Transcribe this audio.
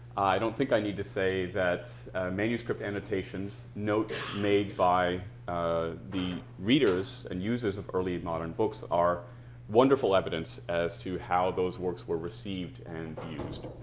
i don't think i need to say that manuscript annotations, notes made by the readers and users of early modern books are wonderful evidence as to how those works were received and used.